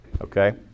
Okay